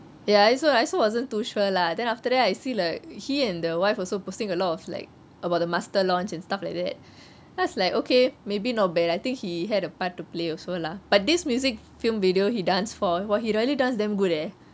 ya I also I wasn't too sure lah then after that I see like he and the wife also posting a lot of like about the master launch and stuff like that then I was like okay maybe not bad I think he had a part to play also lah but this music film video he dance for !wah! he really does damn good eh